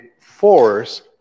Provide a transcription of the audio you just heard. force